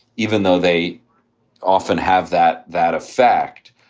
even though they often have that that effect.